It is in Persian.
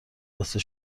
واسه